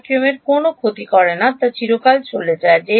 ভ্যাকুয়ামের কোনও ক্ষতি হয় না তা চিরকাল চলে ঠিক আছে